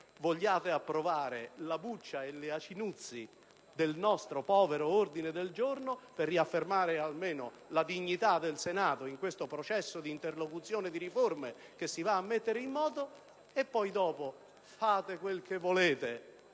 vogliate approvare la buccia e gli acinuzzi del nostro povero ordine del giorno per riaffermare almeno la dignità del Senato in questo processo di interlocuzione di riforme che si va a mettere in moto. Dopo, poi, fate quel che volete